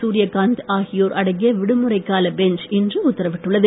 சூர்யகாந்த் ஆகியோர் அடங்கிய விடுமுறைக்கால பெஞ்ச் இன்று உத்தரவிட்டுள்ளது